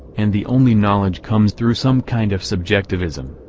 and the only knowledge comes through some kind of subjectivism.